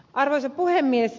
arvoisa puhemies